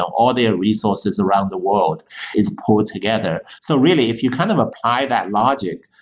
all their resources around the world is pooled together. so, really, if you kind of apply that logic,